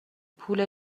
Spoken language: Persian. پول